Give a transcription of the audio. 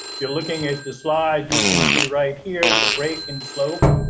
you're looking at the slide, you can see right here the break in slope,